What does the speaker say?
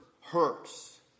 hurts